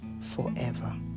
forever